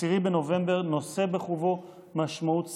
10 בנובמבר, נושא בחובו משמעות סמלית.